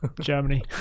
germany